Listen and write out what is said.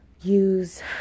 use